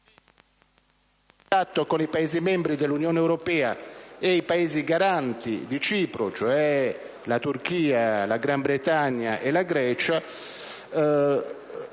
in contatto con i Paesi membri dell'Unione europea e i Paesi garanti di Cipro (la Turchia, la Gran Bretagna e la Grecia),